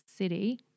City